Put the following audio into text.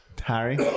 Harry